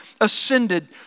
ascended